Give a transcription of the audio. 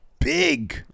big